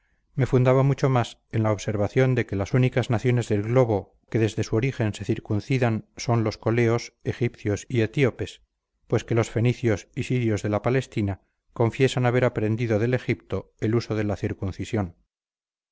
me fundaba mucho más en la observación de que las únicas naciones del globo que desde su origen se circuncidan son los coleos egipcios y etíopes pues que los fenicios y sirios de la palestina confiesan haber aprendido del egipto el uso de la circuncisión